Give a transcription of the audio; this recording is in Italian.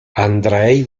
andrej